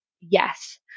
Yes